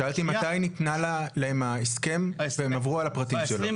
שאלתי מתי ניתן להם ההסכם והם עברו על הפרטים שלו?